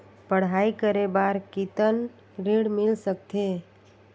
पढ़ाई करे बार कितन ऋण मिल सकथे?